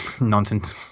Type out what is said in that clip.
nonsense